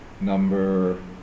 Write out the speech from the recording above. number